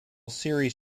series